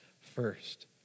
first